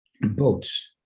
boats